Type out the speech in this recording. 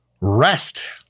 Rest